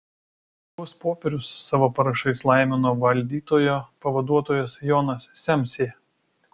tuos popierius savo parašais laimino valdytojo pavaduotojas jonas semsė